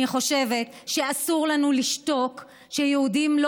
אני חושבת שאסור לנו לשתוק כשיהודים לא